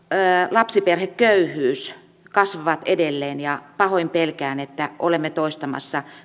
lapsiperheköyhyys kasvavat edelleen ja pahoin pelkään että olemme toistamassa